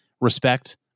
respect